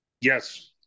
yes